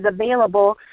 available